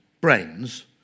brains